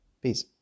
peace